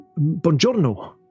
buongiorno